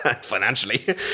financially